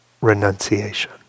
renunciation